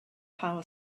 power